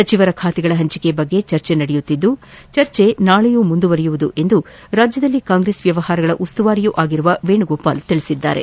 ಸಚಿವರ ಬಾತೆಗಳ ಹಂಚಿಕೆ ಬಗ್ಗೆ ಚರ್ಚೆ ನಡೆಯುತ್ತಿದ್ದು ಚರ್ಚೆ ನಾಳೆಯೂ ಮುಂದುವರಿಯುವುದು ಎಂದು ರಾಜ್ಯದಲ್ಲಿ ಕಾಂಗ್ರೆಸ್ ವ್ಯವಹಾರಗಳ ಉಸ್ತುವಾರಿಯೂ ಆಗಿರುವ ವೇಣುಗೋಪಾಲ್ ತಿಳಿಸಿದ್ದಾರೆ